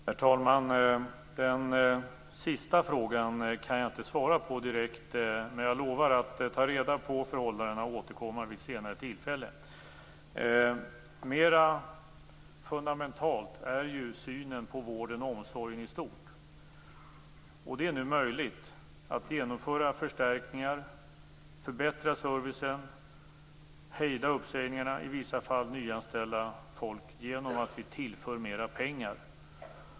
Herr talman! Den sista frågan kan jag inte svara på direkt. Men jag lovar att ta reda på förhållandena och återkomma vid senare tillfälle. Mera fundamentalt är synen på vården och omsorgen i stort. Det är nu möjligt att genomföra förstärkningar, förbättra servicen, hejda uppsägningarna och i vissa fall nyanställa människor genom att vi tillför mer pengar.